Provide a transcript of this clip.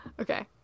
Okay